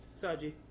Saji